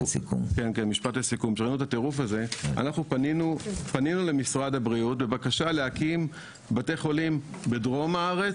אנחנו פנינו למשרד הבריאות בבקשה להקים בתי חולים בדרום הארץ